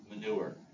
manure